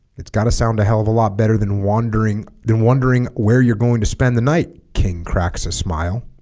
it's gotta sound a hell of a lot better than wandering then wondering where you're going to spend the night king cracks a smile